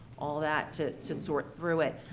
all that, to to sort through it.